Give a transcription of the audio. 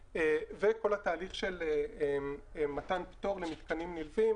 כנראה שאין לו תקציב לביצוע ההצבה,